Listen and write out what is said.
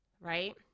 right